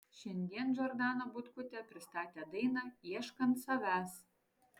šiandien džordana butkutė pristatė dainą ieškant savęs